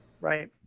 Right